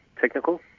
technical